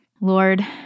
Lord